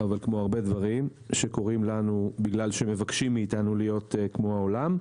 אבל כמו הרבה דברים שקורים לנו בגלל שמבקשים מאיתנו להיות כמו העולם,